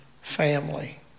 family